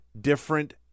different